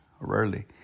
Rarely